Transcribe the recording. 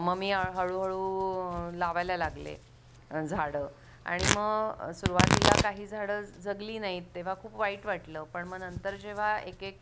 मग मी हळूहळू लावायला लागले झाडं आणि मग सुरुवातीला काही झाडं जगली नाहीत तेव्हा खूप वाईट वाटलं पण मग नंतर जेव्हा एक एक